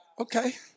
okay